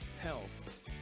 health